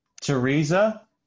Teresa